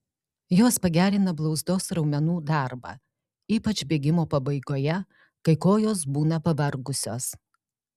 jos pagerina blauzdos raumenų darbą ypač bėgimo pabaigoje kai kojos būna pavargusios